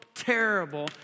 Terrible